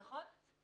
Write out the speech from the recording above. נכון.